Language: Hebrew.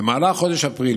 במהלך חודש אפריל,